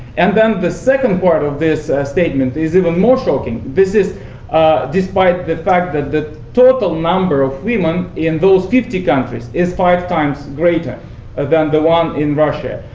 and then the second part of this statement is even more shocking this is despite the fact that the total number of women in those fifty countries is five times greater than the one in russia.